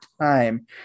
time